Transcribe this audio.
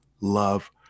love